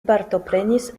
partoprenis